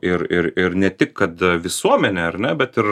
ir ir ir ne tik kad visuomenė ar ne bet ir